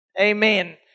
Amen